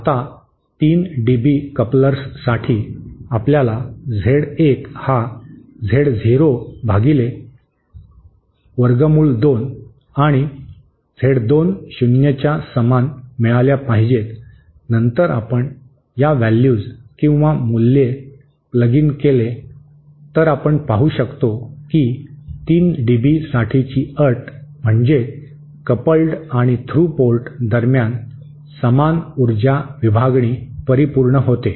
आता 3 dB couplers साठी आपल्याला झेड 1 हा झेड झिरो भागिले वर्गमूळ दोनचे वर्गमूळ आणि झेड 2 शून्यच्या समान मिळाल्या पाहिजेत नंतर आपण या व्हॅल्यूज किंवा मूल्ये प्लग इन केले तर आपण पाहू शकतो की 3 डीबी साठीची अट म्हणजे कपल्ड आणि थ्रू पोर्ट दरम्यान समान ऊर्जा विभागणी परिपूर्ण होते